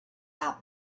had